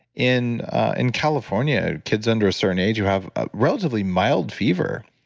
in and california, kids under a certain age who have relatively mild fever,